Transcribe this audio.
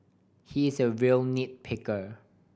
he is a real nit picker